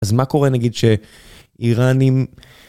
אז מה קורה, נגיד, שאירנים...